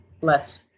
less